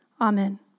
Amen